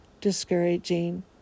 discouraging